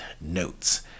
notes